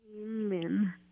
Amen